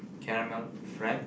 caramel frap